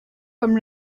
comme